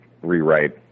rewrite